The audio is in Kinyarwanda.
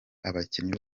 abakinnyi